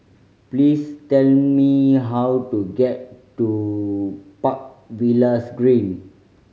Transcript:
please tell me how to get to Park Villas Green